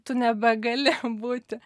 tu nebegali būti